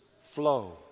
flow